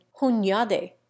Hunyade